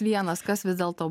vienas kas vis dėlto